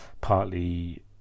partly